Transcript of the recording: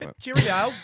Cheerio